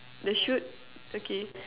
the shoot okay